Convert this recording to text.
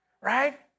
Right